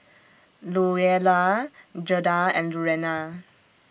Louella Gerda and Lurana